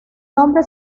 nombre